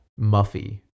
Muffy